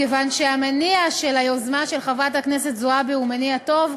מכיוון שהמניע של היוזמה של חברת הכנסת זועבי הוא מניע טוב,